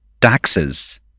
taxes